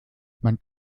man